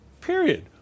period